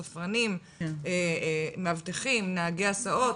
ספרנים, מאבטחים, נהגי הסעות.